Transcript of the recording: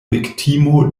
viktimo